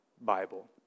Bible